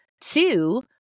two